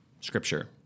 scripture